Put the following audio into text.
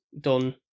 done